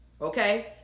Okay